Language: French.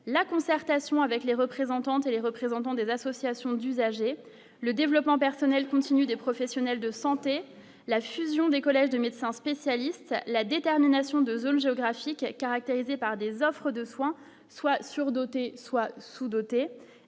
la concertation avec les représentants de les représentants des associations d'usagers, le développement personnel continue des professionnels de santé, la fusion des collèges de médecins spécialistes, la détermination de zones géographiques caractérisées par des offres de soins soient surdotées soit sous-dotées